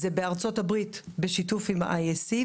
זה בארצות-הברית בשיתוף עם ה-IAC,